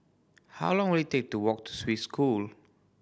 how long will it take to walk to Swiss School